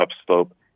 upslope